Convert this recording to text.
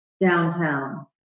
downtown